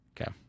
Okay